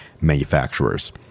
manufacturers